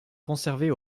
conservées